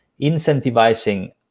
incentivizing